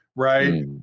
Right